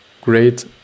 great